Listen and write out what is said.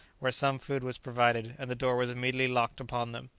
where some food was provided, and the door was immediately locked upon them.